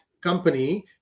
company